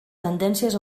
tendències